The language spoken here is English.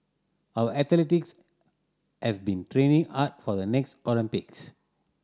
our athletes have been training hard for the next Olympics